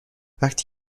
وقتی